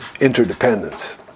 interdependence